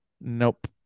Nope